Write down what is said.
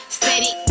steady